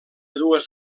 dues